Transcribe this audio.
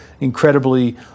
incredibly